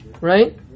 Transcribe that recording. right